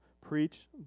preach